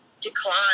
decline